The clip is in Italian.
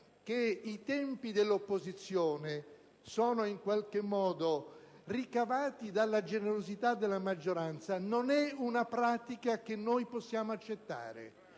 che i tempi dell'opposizione sono in qualche modo ricavati dalla generosità della maggioranza, non la possiamo accettare.